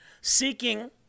seeking